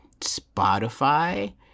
Spotify